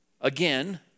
again